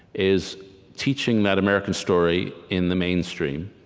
is teaching that american story in the mainstream,